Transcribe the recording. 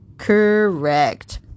Correct